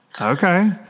Okay